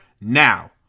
now